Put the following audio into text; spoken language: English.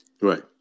Right